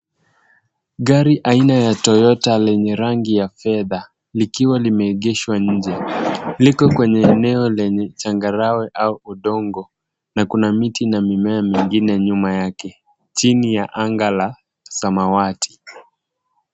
Gari aina ya toyota lenye rangi ya fedha likiwa limeegeshwa nje. Liko kwenye eneo lenye changarawe au udongo na kuna miti na mimea mingine nyuma yake chini ya anga la samawati.